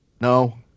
No